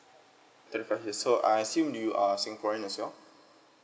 twenty five years so I assume you are singaporean as well